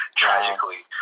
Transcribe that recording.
tragically